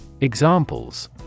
Examples